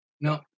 No